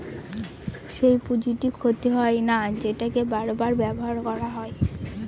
যেই পুঁজিটি ক্ষতি হয় না সেটাকে বার বার ব্যবহার করা হয়